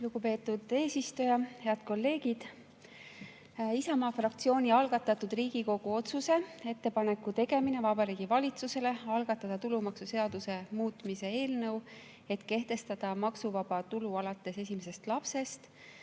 Lugupeetud eesistuja! Head kolleegid! Isamaa fraktsiooni algatatud Riigikogu otsuse "Ettepaneku tegemine Vabariigi Valitsusele algatada tulumaksuseaduse muutmise eelnõu, et kehtestada maksuvaba tulu alates esimesest lapsest"